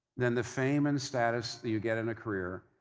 then the fame and status that you get in a career,